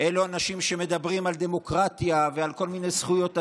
אלו אנשים שמדברים על דמוקרטיה ועל כל מיני זכויות אדם,